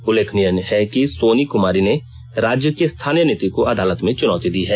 उल्लेखनीय है कि सोनी कुमारी ने राज्य की स्थानीय नीति को अदालत में चुनौती दी है